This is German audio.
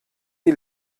die